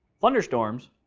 thunderstorms.